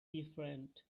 different